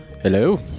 Hello